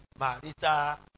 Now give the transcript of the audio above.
Marita